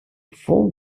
fall